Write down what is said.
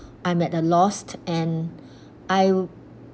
I'm at the lost and I'll